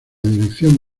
dirección